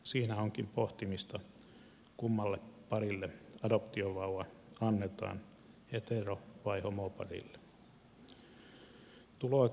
siinä onkin pohtimista kummalle parille adoptiovauva annetaan hetero vai homoparille